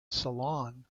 salon